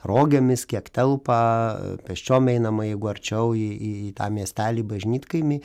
rogėmis kiek telpa pėsčiom einama jeigu arčiau į į tą miestelį bažnytkaimį